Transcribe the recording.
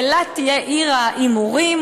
אילת תהיה עיר ההימורים,